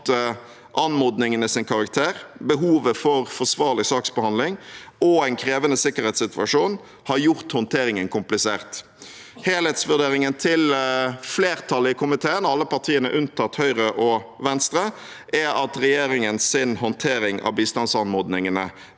at anmodningenes karakter, behovet for forsvarlig saksbehandling og en krevende sikkerhetssituasjon har gjort håndteringen komplisert. Helhetsvurderingen til flertallet i komiteen – alle partiene unntatt Høyre og Venstre – er at regjeringens håndtering av bistandsanmodningene